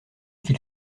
qu’il